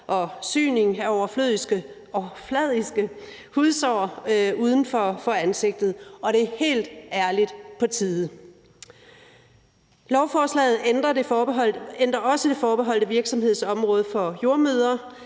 og syning af overfladiske hudsår uden for ansigtet, og det er helt ærligt på tide. Lovforslaget ændrer også det forbeholdte virksomhedsområde for jordemødre.